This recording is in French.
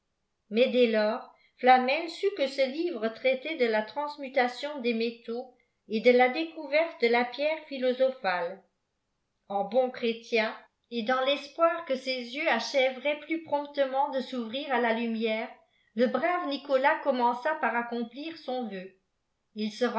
ïbis dèa lor flamd sut qpe ce livre traitait de la ransmutalioti des métaux et de la découverte de la pierre hilûsophale a bon chrétien et dans l'espoir ue ses yeux achèveraient plus prompteme t de s'ouvrir à la lumière le brave nicolas commença par accomplir son vœu il se